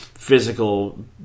physical